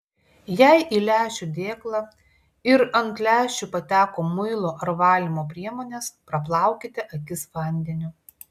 jei į lęšių dėklą ir ant lęšių pateko muilo ar valymo priemonės praplaukite akis vandeniu